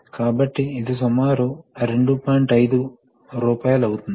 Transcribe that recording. ఉదాహరణకు ఇది ఒక సాధారణ త్రి వే వాల్వ్ ఇది ఈ నాబ్ ఉపయోగించి మ్యాన్యువల్గా నిర్వహించబడుతుంది